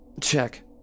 Check